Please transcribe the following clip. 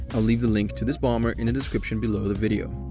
i'll leave the link to this bomber in the description below the video.